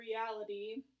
reality